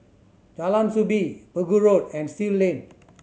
Jalan Soo Bee Pegu Road and Still Lane